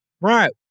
right